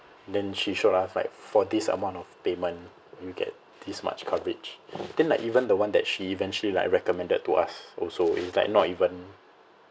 then she showed us like for this amount of payment you get this much coverage then like even the one that she eventually like recommended to us also is like not even